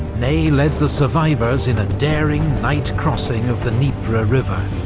ney led the survivors in a daring, night-crossing of the dnieper ah river,